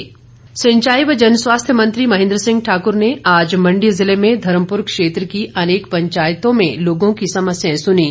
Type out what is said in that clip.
महेन्द्र सिंह सिंचाई व जनस्वास्थ्य मंत्री महेन्द्र सिंह ठाकुर ने आज मण्डी जिले में धर्मपुर क्षेत्र की अनेक पंचायतों में लोगों की समस्याएं सुनीं